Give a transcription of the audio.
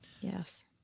yes